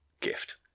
gift